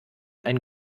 einen